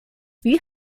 wie